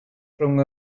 rhwng